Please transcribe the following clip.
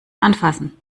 anfassen